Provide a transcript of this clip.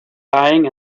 lying